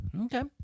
Okay